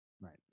Right